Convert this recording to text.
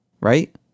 Right